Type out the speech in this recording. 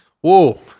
Whoa